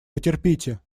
потерпите